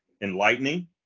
enlightening